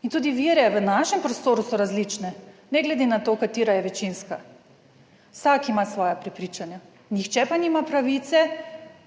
in tudi vere v našem prostoru so različne, ne glede na to, katera je večinska. Vsak ima svoja prepričanja, nihče pa nima pravice